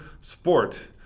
Sport